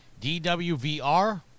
DWVR